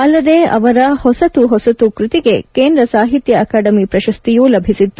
ಅಲ್ಲದೇ ಅವರ ಹೊಸತು ಹೊಸತು ಕೈತಿಗೆ ಕೇಂದ್ರ ಸಾಹಿತ್ಯ ಅಕಾಡಮಿ ಪ್ರಶಸ್ತಿ ಲಭಿಸಿತ್ತು